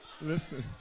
Listen